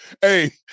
Hey